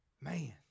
man